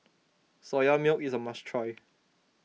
Soya Milk is a must try